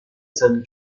san